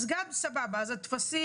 וגם אני, למרות שקטונתי,